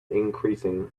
increasing